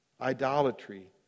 Idolatry